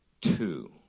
Two